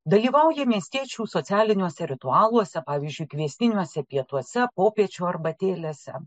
dalyvauja miestiečių socialiniuose ritualuose pavyzdžiui kviestiniuose pietuose popiečio arbatėlėse